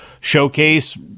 showcase